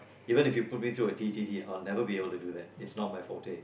even if you put me through a T_T_T I would never be able to do that it's not my forte